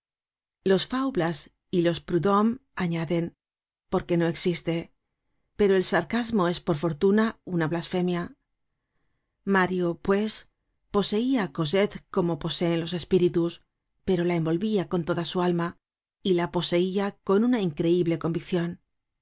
los faublas y los prudhomme añaden porque no existe pero el sarcasmo es por fortuna una blasfemia mario pues poseia á cosette como poseen los espíritus pero la envolvia con toda su alma y la poseia con una increible conviccion